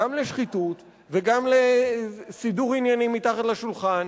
גם לשחיתות וגם לסידור עניינים מתחת לשולחן